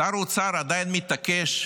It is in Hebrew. שר האוצר עדיין מתעקש,